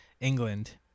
England